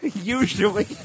Usually